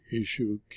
issue